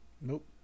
Nope